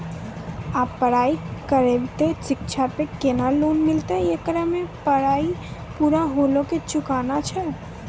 आप पराई करेव ते शिक्षा पे केना लोन मिलते येकर मे पराई पुरा होला के चुकाना छै?